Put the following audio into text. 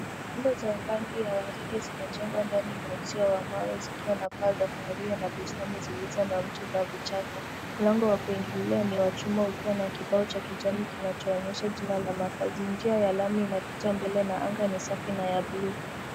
Nyumba za rangi ya waridi zimejengwa ndani ya uzio wa mawe zikiwa na paa za kahawia na bistani zilizo na miti na vichaka. Mlango wa kuingililia ni wa chuma ukiwa na kibao cha kijani kinacho onyesha jina la makazi. Njia ya lami inapita mbele na anga ni safi na ya bluu.